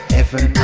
Heaven